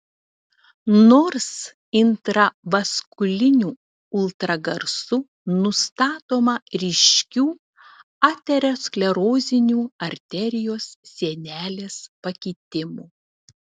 nors intravaskuliniu ultragarsu nustatoma ryškių aterosklerozinių arterijos sienelės pakitimų